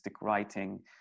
writing